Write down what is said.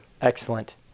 Excellent